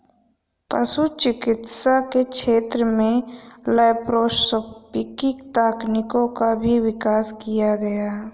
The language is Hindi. पशु चिकित्सा के क्षेत्र में लैप्रोस्कोपिक तकनीकों का भी विकास किया गया है